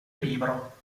libro